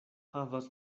havas